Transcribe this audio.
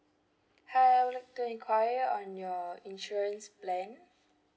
hi I would like to inquire on your insurance plan